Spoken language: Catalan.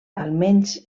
almenys